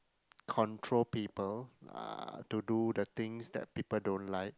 control people uh to do the things that people don't like